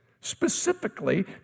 specifically